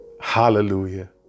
Hallelujah